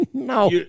No